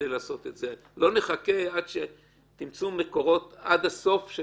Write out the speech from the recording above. לא נחכה עד שתמצאו מקורות עד הסוף של